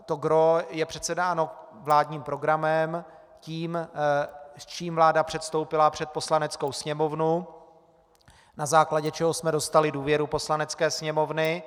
To gros je přece dáno vládním programem, tím, s čím vláda předstoupila před Poslaneckou sněmovnu, na základě čeho jsme dostali důvěry Poslanecké sněmovny.